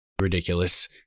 ridiculous